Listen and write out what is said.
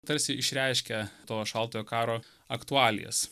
tarsi išreiškia to šaltojo karo aktualijas